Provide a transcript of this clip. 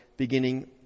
beginning